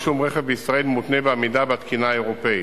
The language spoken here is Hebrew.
רישום רכב בישראל מותנה בעמידה בתקינה האירופית.